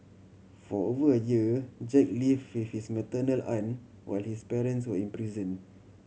for over a year Jack live with his maternal aunt while his parents were in prison